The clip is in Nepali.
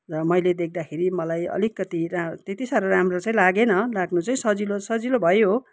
र मैले देख्दाखेरि मलाई अलिकति रा त्यति साह्रो राम्रो चाहिँ लागेन लाग्नु चाहिँ सजिलो त सजिलो भयो